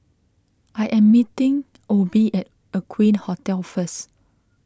I am meeting Obie at Aqueen Hotel first